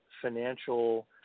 financial